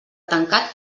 tancat